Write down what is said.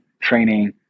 training